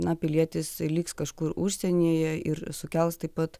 na pilietis liks kažkur užsienyje ir sukels taip pat